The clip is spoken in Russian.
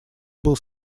был